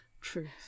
Truth